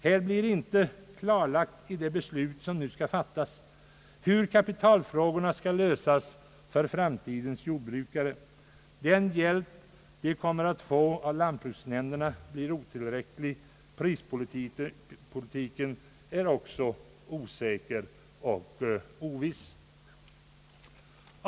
I det beslut som nu skall fattas blir det inte klarlagt, hur kapitalfrågorna skall lösas för framtidens jordbrukare. Den hjälp de kommer att få av lantbruksnämnderna blir otillräcklig. Prispolitiken är också osäker och oviss.